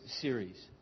series